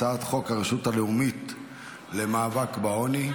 הצעת חוק הרשות הלאומית למאבק בעוני,